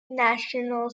national